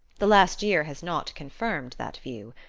the last year has not confirmed that view.